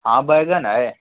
हाँ बैगन है